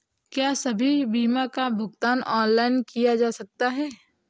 क्या सभी बीमा का भुगतान ऑनलाइन किया जा सकता है?